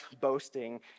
boasting